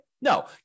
No